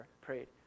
prayed